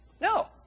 No